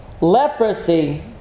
Leprosy